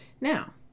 Now